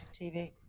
TV